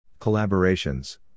Collaborations